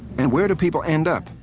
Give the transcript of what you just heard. and where do people end up,